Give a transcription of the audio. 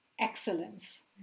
excellence